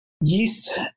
yeast